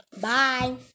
Bye